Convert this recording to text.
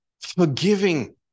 forgiving